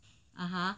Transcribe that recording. (uh huh)